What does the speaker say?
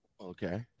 Okay